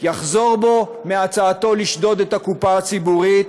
ויחזור בו מהצעתו לשדוד את הקופה הציבורית